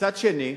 מצד שני,